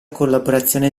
collaborazione